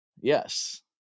Yes